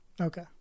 okay